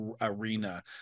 arena